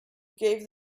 gave